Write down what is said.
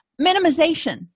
Minimization